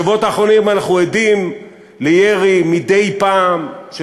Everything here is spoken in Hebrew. בשבועות האחרונים אנחנו עדים לירי מדי פעם של